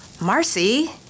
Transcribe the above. Marcy